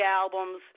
albums